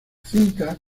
cinta